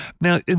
Now